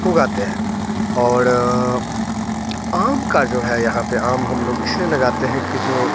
उगाते हैं और आम को जो है यहाँ पे आम हम लोग इसलिए लगाते हैं कि जो